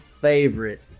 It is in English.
favorite